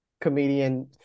comedian